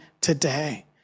today